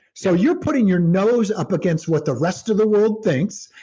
so you're putting your nose up against what the rest of the world thinks,